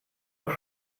auch